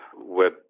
web